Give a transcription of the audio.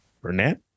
Burnett